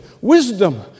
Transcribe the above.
Wisdom